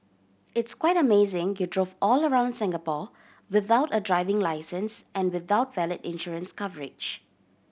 it's quite amazing you drove all around Singapore without a driving licence and without valid insurance coverage